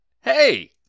Hey